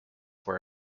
for